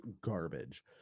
garbage